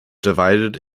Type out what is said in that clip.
divided